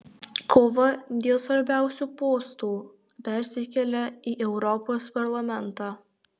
kova dėl svarbiausių postų persikelia į europos parlamentą